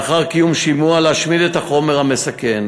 לאחר קיום שימוע, להשמיד את החומר המסכן.